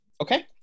Okay